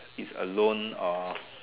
is alone or